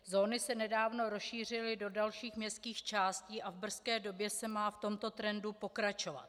Zóny se nedávno rozšířily do dalších městských částí a v brzké době se má v tomto trendu pokračovat.